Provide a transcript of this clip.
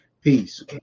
Peace